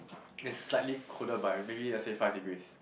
it's slightly cooler by maybe let's say five degrees